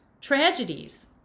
tragedies